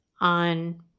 on